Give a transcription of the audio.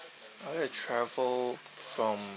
uh travel from